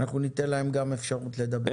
אנחנו ניתן להם גם אפשרות לדבר.